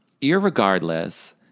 irregardless